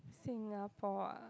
Singapore ah